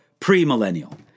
premillennial